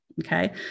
Okay